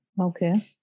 okay